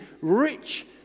rich